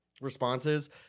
Responses